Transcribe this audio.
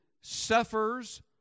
suffers